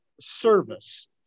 service